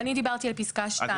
ואני דיברתי על פסקה (2).